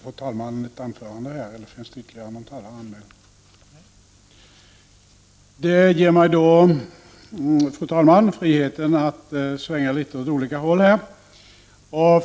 Fru talman! Nu har jag friheten att svänga litet åt olika håll.